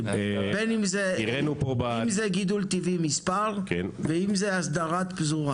קרוב ל- 400-500 משפחות חתמו איתנו על הסדרה,